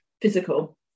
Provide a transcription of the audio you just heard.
physical